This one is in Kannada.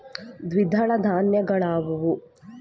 ದ್ವಿದಳ ಧಾನ್ಯಗಳಾವುವು?